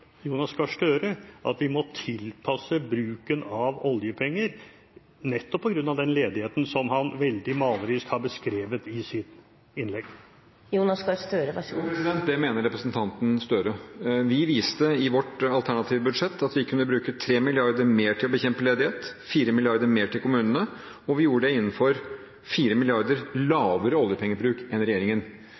Jonas Gahr Støre at vi må tilpasse bruken av oljepenger, nettopp pga. ledigheten som han veldig malerisk har beskrevet i sitt innlegg? Det mener representanten Gahr Støre. Vi viste i vårt alternative budsjett at vi kunne bruke 3 mrd. kr mer til å bekjempe ledighet, 4 mrd. kr mer til kommunene, og vi gjorde det med 4 mrd. kr lavere oljepengebruk enn regjeringen.